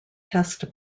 test